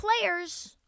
players